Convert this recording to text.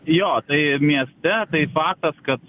jo tai mieste tai faktas kad